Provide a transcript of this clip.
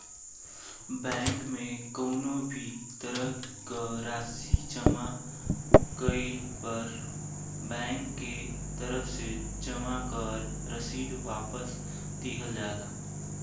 bank में कउनो भी तरह क राशि जमा कइले पर बैंक के तरफ से जमा क रसीद वापस दिहल जाला